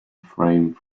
frame